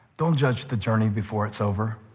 don't judge the journey before it's over.